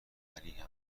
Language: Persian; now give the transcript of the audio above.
ولی